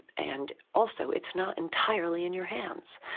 and also, it's not entirely in your hands.